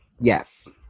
Yes